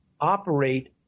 operate